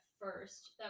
first